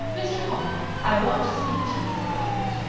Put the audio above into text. mr. holohan, i want to speak to you for a moment,